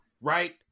right